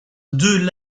deux